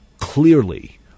clearly